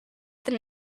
than